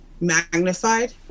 magnified